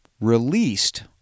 released